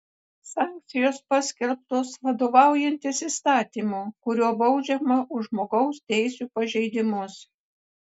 sankcijos paskelbtos vadovaujantis įstatymu kuriuo baudžiama už žmogaus teisių pažeidimus